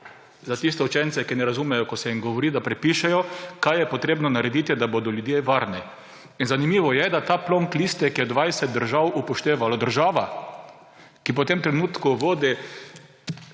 za tiste učence, ki ne razumejo, ko se jim govori, da prepišejo, kaj je potrebno narediti, da bodo ljudje varni. In zanimivo je, da je ta plonk listek 20 držav upoštevalo. Država, ki pa v tem trenutku vodi